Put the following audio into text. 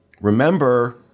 Remember